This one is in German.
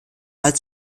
als